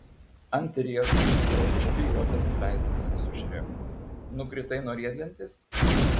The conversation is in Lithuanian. ant riešo buvo užklijuotas pleistras su šreku nukritai nuo riedlentės